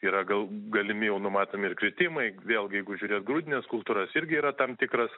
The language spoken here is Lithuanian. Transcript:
yra gal galimi jau numatomi ir kritimai vėlgi jeigu žiūrėt grūdines kultūras irgi yra tam tikras